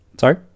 Sorry